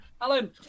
Alan